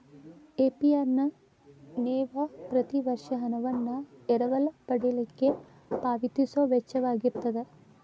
APR ನ ನೇವ ಪ್ರತಿ ವರ್ಷ ಹಣವನ್ನ ಎರವಲ ಪಡಿಲಿಕ್ಕೆ ಪಾವತಿಸೊ ವೆಚ್ಚಾಅಗಿರ್ತದ